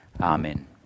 amen